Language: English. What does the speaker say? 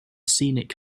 scenic